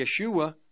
Yeshua